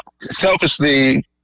selfishly